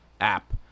app